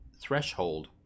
threshold